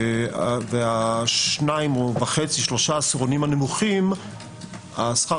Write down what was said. ושניים וחצי-שלושה העשירונים הנמוכים שכר